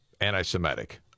anti-Semitic